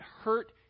hurt